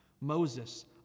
Moses